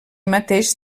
mateix